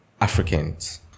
Africans